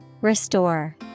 Restore